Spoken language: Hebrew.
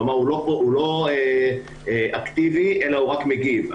כלומר, הוא לא אקטיבי אלא הוא רק מגיב.